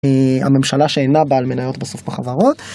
הממשלה שאינה בעל מנהיות בסוף בחברות.